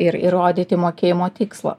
ir įrodyti mokėjimo tikslą